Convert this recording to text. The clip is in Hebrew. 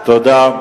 תודה.